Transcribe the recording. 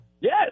Yes